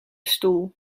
stoel